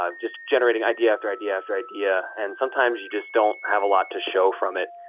ah just generating idea after idea after idea, and sometimes you just don't have a lot to show from it.